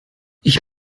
ich